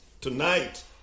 tonight